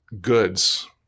goods